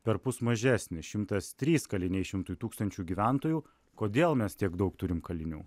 perpus mažesnė šimtas trys kaliniai šimtui tūkstančių gyventojų kodėl mes tiek daug turim kalinių